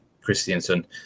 christiansen